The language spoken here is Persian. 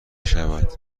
شود